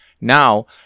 Now